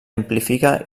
amplifica